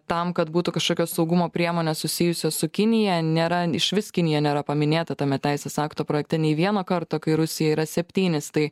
tam kad būtų kažkokios saugumo priemonės susijusios su kinija nėra išvis kinija nėra paminėta tame teisės akto projekte nei vieno karto kai rusija yra septynis tai